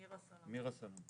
מירה סלומון.